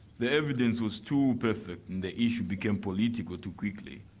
the evidence was too perfect and the issue became political too quickly.